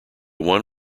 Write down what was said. one